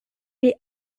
les